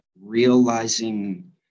realizing